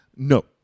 No